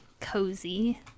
cozy